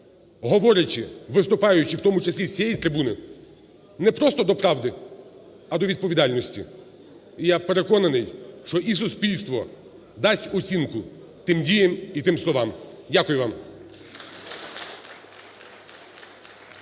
говорячи, виступаючи, в тому числі з цієї трибуни, не просто до правди, а до відповідальності. І я переконаний, що і суспільство дасть оцінку тим діям і тим словам. Дякую вам.